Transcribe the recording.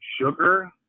sugar